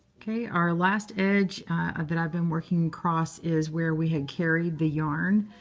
ok. our last edge that i've been working across is where we had carried the yarn,